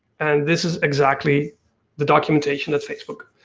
and this is exactly the documentation that facebook.